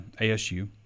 ASU